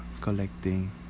collecting